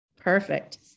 Perfect